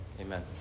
Amen